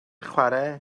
chwarae